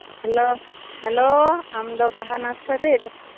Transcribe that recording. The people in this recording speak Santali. ᱦᱮᱞᱳ ᱦᱮᱞᱳ ᱟᱢᱫᱚ ᱵᱟᱦᱟ ᱱᱟᱨᱥᱟᱨᱤ